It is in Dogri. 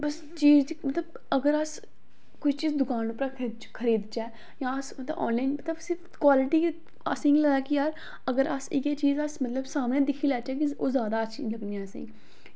बस चीज दी मतलव अगर अस कोई चीज दुकान उप्परा खरीद चै जां अस मतलव आनलाईन मतलव सिर्फ क्वालिटी असें इ'यां लगदा कि यार अगर अस इयै चीज अस मतलव सामनै दिक्खी लैचे कि ओह् जैदा अच्छी लगनी असेंगी